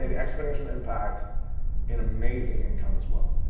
and exponential impact and amazing income as well.